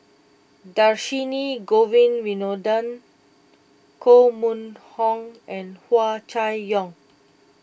Dhershini Govin Winodan Koh Mun Hong and Hua Chai Yong